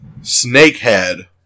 Snakehead